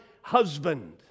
husband